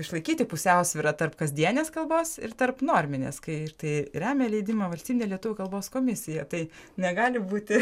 išlaikyti pusiausvyrą tarp kasdienės kalbos ir tarp norminės kai ir tai remia leidimą valstybinė lietuvių kalbos komisija tai negali būti